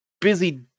busy